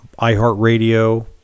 iHeartRadio